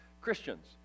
christians